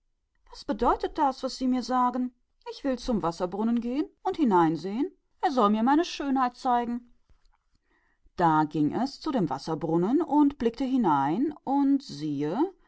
was bedeutet das was sie sagen ich will an den wasserbrunnen gehen und hineinsehen und er soll mir meine schönheit zeigen und es ging an den wasserbrunnen und sah hinein und siehe